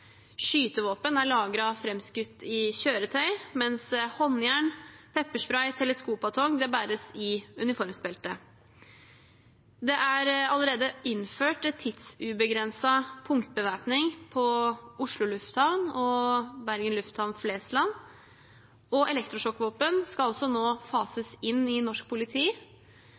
Skytevåpen er lagret framskutt i kjøretøy, mens håndjern, pepperspray, teleskopbatong bæres i uniformsbeltet. Det er allerede innført tidsubegrenset punktbevæpning på Oslo lufthavn og Bergen lufthavn, Flesland, og elektrosjokkvåpen skal også nå fases inn i norsk politi.